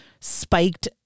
spiked